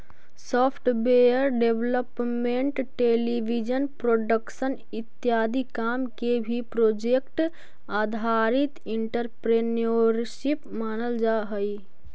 software development television production इत्यादि काम के भी प्रोजेक्ट आधारित एंटरप्रेन्योरशिप मानल जा हई